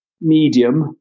medium